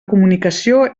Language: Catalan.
comunicació